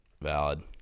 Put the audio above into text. Valid